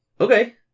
Okay